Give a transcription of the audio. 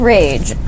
Rage